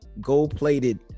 gold-plated